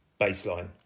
baseline